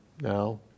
now